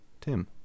Tim